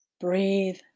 Breathe